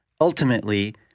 Ultimately